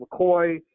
McCoy